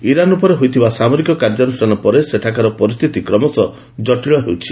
Iran ଉପରେ ହୋଇଥିବା ସାମରିକ କାର୍ଯ୍ୟାନୁଷ୍ଠାନ ପରେ ସେଠାକାର ପରିସ୍ଥିତି କ୍ରମଶଃ ଜଟିଳ ହେଉଛି